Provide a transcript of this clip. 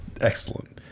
Excellent